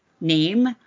name